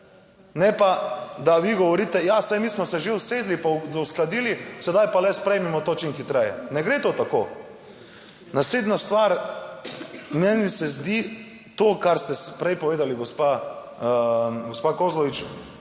ne pa, da vi govorite, ja saj mi smo se že usedli, uskladili, sedaj pa le sprejmimo to čim hitreje. Ne gre to tako. Naslednja stvar. Meni se zdi to, kar ste prej povedali, gospa Kozlovič,